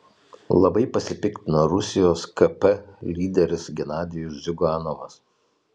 labai pasipiktino rusijos kp lyderis genadijus ziuganovas